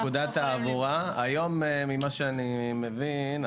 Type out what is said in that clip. היום ממה שאני מבין,